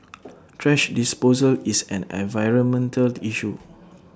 thrash disposal is an environmental issue